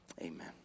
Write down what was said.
Amen